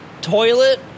Toilet